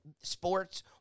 sports